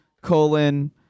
colon